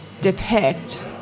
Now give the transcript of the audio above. depict